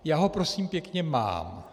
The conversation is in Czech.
Já ho prosím pěkně mám.